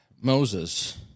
Moses